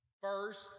First